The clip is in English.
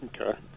Okay